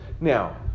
Now